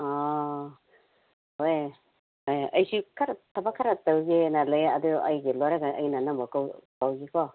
ꯑꯥ ꯍꯣꯏ ꯑꯦ ꯑꯩꯁꯨ ꯈꯔ ꯊꯕꯛ ꯈꯔ ꯇꯧꯒꯦꯅ ꯂꯩ ꯑꯗꯨ ꯑꯩꯒꯤ ꯂꯣꯏꯔꯒ ꯑꯩꯅ ꯅꯪꯕꯨ ꯀꯧꯒꯦꯀꯣ